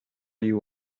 you